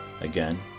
Again